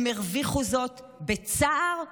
הם הרוויחו זאת בצער וביושר.